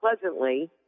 pleasantly